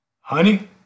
Honey